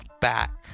back